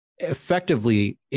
effectively